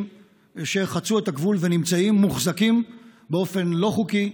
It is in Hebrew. שחצו את הגבול ונמצאים מוחזקים באופן לא חוקי,